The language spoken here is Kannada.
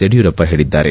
ಯಡಿಯೂರಪ್ಪ ಹೇಳಿದ್ದಾರೆ